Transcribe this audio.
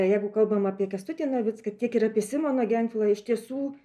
jeigu kalbam apie kęstutį navicką tiek ir apie simoną gentvilą iš tiesų